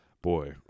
Boy